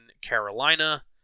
Carolina